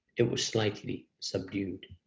it was slightly subdued.